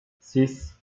six